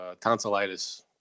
tonsillitis